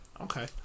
Okay